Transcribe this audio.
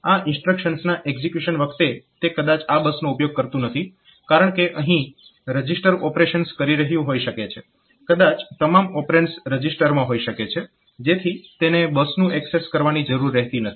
આ ઇન્સ્ટ્રક્શન્સના એક્ઝીક્યુશન વખતે તે કદાચ આ બસનો ઉપયોગ કરતું નથી કારણકે તે અહીં રજીસ્ટર ઓપરેશન્સ કરી રહ્યું હોઈ શકે છે કદાચ તમામ ઓપરેન્ડ્સ રજીસ્ટરમાં હોઈ શકે છે જેથી તેને બસનું એક્સેસ કરવાની જરૂર રહેતી નથી